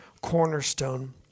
cornerstone